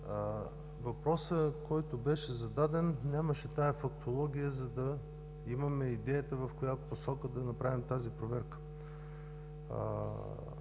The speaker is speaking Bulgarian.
Въпросът, който беше зададен, нямаше тази фактология, за да имаме идеята в коя посока да направим тази проверка.